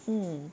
mm